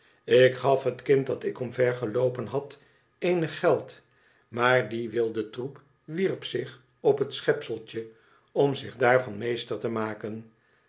ik gaf het kind dat ik omver geloopen had eenig geld maar die wilde troep wierp zich op het schepseltje om zich daarvan meester te maken